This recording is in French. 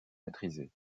maîtrisée